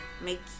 make